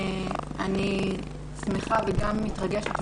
אני שמחה וגם מתרגשת,